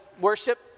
worship